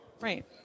right